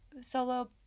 solo